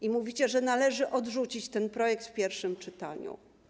I mówicie, że należy odrzucić ten projekt w pierwszym czytaniu.